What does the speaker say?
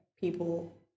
people